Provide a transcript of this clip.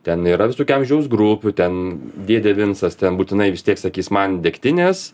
ten yra visokių amžiaus grupių ten dėdė vincas ten būtinai vis tiek sakys man degtinės